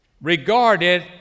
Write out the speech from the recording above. Regarded